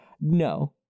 No